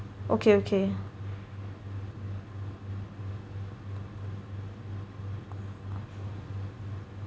okay okay